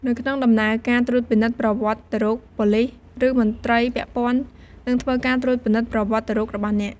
នៅក្នុងដំណើរការត្រួតពិនិត្យប្រវត្តិរូបប៉ូលីស ឬមន្ត្រីពាក់ព័ន្ធនឹងធ្វើការត្រួតពិនិត្យប្រវត្តិរូបរបស់អ្នក។